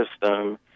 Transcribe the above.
system